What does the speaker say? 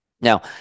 Now